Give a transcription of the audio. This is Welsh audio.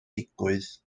digwydd